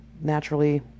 naturally